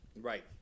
Right